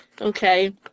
okay